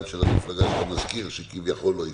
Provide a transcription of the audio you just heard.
גם של המפלגה שאתה מזכיר שכביכול לא הסכימה,